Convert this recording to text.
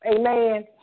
Amen